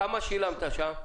כמה שילמת שם?